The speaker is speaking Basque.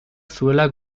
zuela